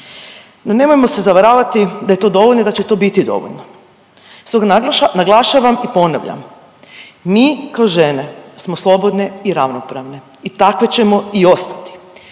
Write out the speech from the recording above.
No nemojmo se zavaravati da je to dovoljno i da će to biti dovoljno. Stoga naglašavam i ponavljam, mi kao žene smo slobodne i ravnopravne i takve ćemo i ostati